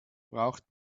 braucht